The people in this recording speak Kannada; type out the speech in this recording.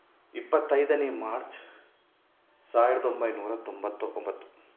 ಇಪ್ಪತ್ತೈದನೇ ಮಾರ್ಚ್ ಸಾವಿರದೊಂಬೈನೂರ ತೊಂಬತ್ತ ಒಂಬತ್ತು